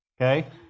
Okay